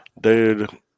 dude